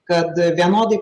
kad vienodai